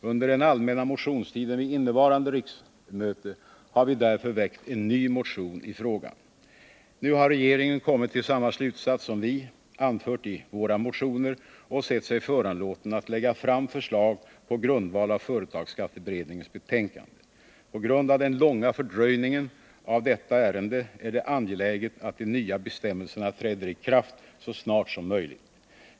Under den allmänna motionstiden vid innevarande riksmöte har vi därför väckt en ny motion i frågan. Nu har regeringen kommit till samma slutsats som vi anfört i våra motioner och sett sig föranlåten att lägga fram förslag på grundval av företagsskatteberedningens betänkande. På grund av den långa fördröjningen av detta ärende är det angeläget att de nya bestämmelserna träder i kraft så snart som möjligt.